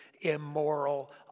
immoral